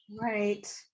Right